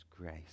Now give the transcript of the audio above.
grace